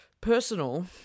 personal